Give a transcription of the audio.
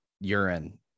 urine